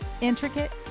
Intricate